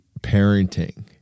parenting